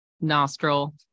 nostril